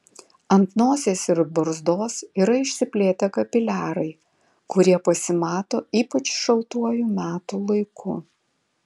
ant nosies ir barzdos yra išsiplėtę kapiliarai kurie pasimato ypač šaltuoju metų laiku